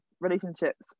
relationships